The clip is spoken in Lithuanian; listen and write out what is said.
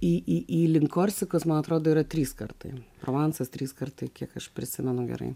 į link korsikos man atrodo yra trys kartai provansas trys kartai kiek aš prisimenu gerai